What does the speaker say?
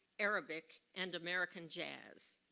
arabic, and american jazz.